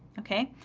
okay?